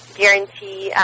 guarantee